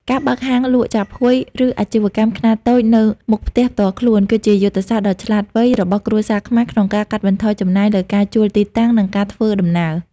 ការបើកហាងលក់ចាប់ហួយ ឬអាជីវកម្មខ្នាតតូចនៅមុខផ្ទះផ្ទាល់ខ្លួន គឺជាយុទ្ធសាស្ត្រដ៏ឆ្លាតវៃរបស់គ្រួសារខ្មែរក្នុងការកាត់បន្ថយចំណាយលើការជួលទីតាំង និងការធ្វើដំណើរ។